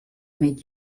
made